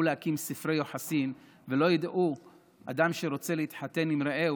להקים ספרי יוחסין ולא ידע אדם שרוצה להתחתן עם רעהו,